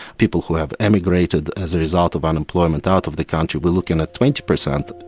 people who have emigrated as a result of unemployment out of the country, we're looking at twenty per cent.